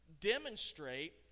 demonstrate